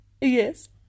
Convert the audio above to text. Yes